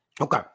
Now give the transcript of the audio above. Okay